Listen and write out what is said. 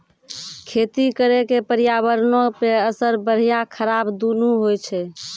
खेती करे के पर्यावरणो पे असर बढ़िया खराब दुनू होय छै